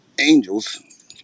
angels